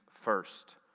first